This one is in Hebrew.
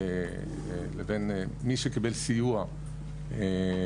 לבין מי שקיבל סיוע בשעתו,